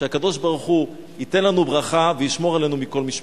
שהקדוש-ברוך-הוא ייתן לנו ברכה וישמור עלינו מכל משמר.